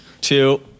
two